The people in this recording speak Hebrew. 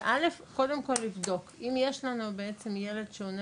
וא' קודם כל לבדוק, אם יש לנו בעצם ילד שעונה